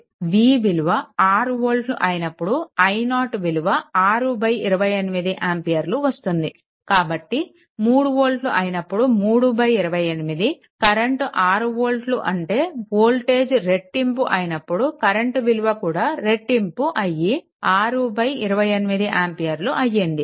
V విలువ 6 వోల్ట్లు అయినప్పుడు i0 విలువ 628 ఆంపియర్లు వస్తుంది కాబట్టి 3 వోల్ట్లు ఉన్నప్పుడు 328 కరెంట్ 6 వోల్ట్లు ఉంటే వోల్టేజ్ రెట్టింపు అయినప్పుడు కరెంట్ విలువ కూడా రెట్టింపు అయి 628 ఆంపియర్లు అయ్యింది